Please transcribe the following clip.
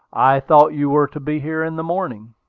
i thought you were to be here in the morning.